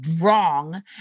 wrong